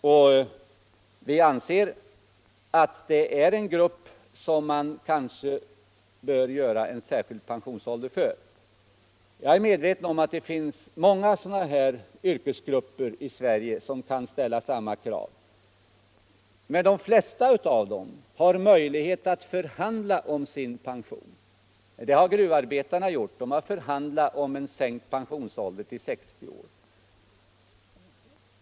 Yrkesfiskarna är en grupp, som man kanske bör inrätta en särskild pensionsålder för. Jag är medveten om att det finns många yrkesgrupper i Sverige som kan ställa samma krav, men de flesta av dem har möjlighet att förhandla om sin pension. Det har t.ex. gruvarbetarna gjort — de har förhandlat om en sänkning av pensionsåldern till 60 år.